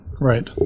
right